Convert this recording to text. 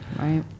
Right